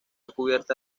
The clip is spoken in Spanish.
cubierta